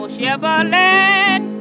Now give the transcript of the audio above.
Chevrolet